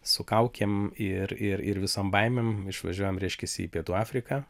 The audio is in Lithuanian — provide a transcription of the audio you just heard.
su kaukėm ir ir ir visom baimėm išvažiuojam reiškias į pietų afriką